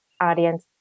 audience